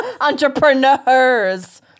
Entrepreneurs